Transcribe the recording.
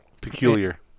Peculiar